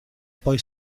poi